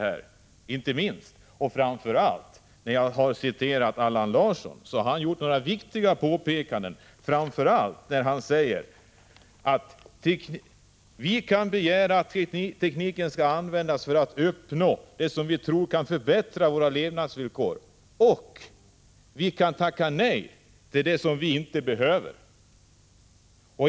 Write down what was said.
Jag citerar Allan Larsson därför att han har gjort viktiga påpekanden, framför allt när han säger: ”Vi kan begära att tekniken ska användas för att uppnå det som vi tror kan förbättra våra levnadsvillkor — och vi kan tacka nej till det som vi inte behöver.